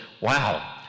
wow